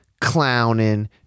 clowning